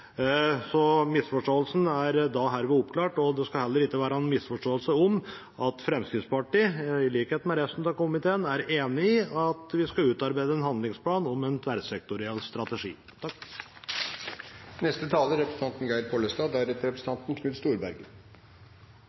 det skal heller ikke være til å misforstå at Fremskrittspartiet, i likhet med resten av komiteen, er enig i at vi skal utarbeide en handlingsplan om en tverrsektoriell strategi.